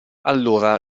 allora